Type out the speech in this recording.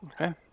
Okay